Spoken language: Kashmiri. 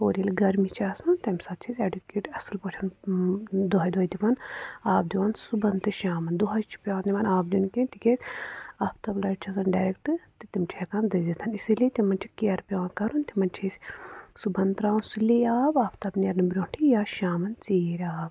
ہورٕ ییٚلہِ گرمی چھِ آسان تَمہِ ساتہٕ چھِ أسی ایڈوکیٹ اصٕل پٲٹھۍ دۅہَے دۅہَے دِوان آب دِوان صُبحن تہٕ شامن دۅہَے چھُ پٮ۪وان یِمن آب دیُن کہِ تِکیٛازِ آفتاب لایٹ چھِ آسان ڈایریکٹ تہٕ تِم چھِ ہٮ۪کان دٔزِتھن اِسلیے تِمن چھُ کِیر پٮ۪وان کَرُن تِمن چھِ أسی صُبحن ترٛاوُن سُلی آب آفتاب نیٚرنہٕ برٛونٛٹھٕے یا شامن ژیٖرۍ آب